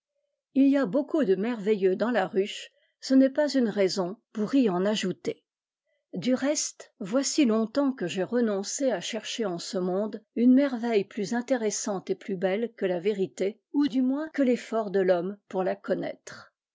il y a beaucoup de merveilleux dans la ruche ce n est pas une raison pour y en ajouter du reste voici longtemps que j'ai renoncé à chercher en ce monde une merveille plus intéressante et plus belle que la vérité ou du moins que l'effort de l'homme pour la connaître